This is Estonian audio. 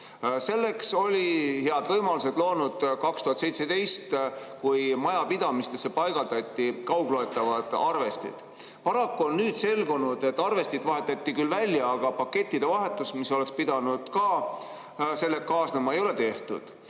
Selleks olid head võimalused loodud aastal 2017, kui majapidamistesse paigaldati kaugloetavad arvestid. Paraku on nüüd selgunud, et arvestid vahetati välja, aga pakettide vahetust, mis oleks pidanud sellega kaasnema, ei ole tehtud.